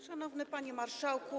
Szanowny Panie Marszałku!